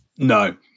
No